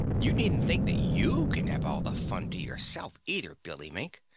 you needn't think that you can have all the fun to yourself either, billy mink.